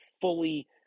fully